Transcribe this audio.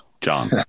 John